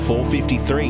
453